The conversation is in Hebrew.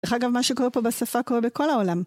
דרך אגב, מה שקורה פה בשפה קורה בכל העולם.